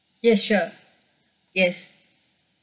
yes sure yes